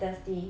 dusty